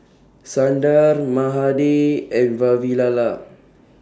Sundar Mahade and Vavilala